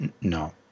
No